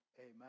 Amen